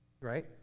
Right